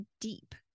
deep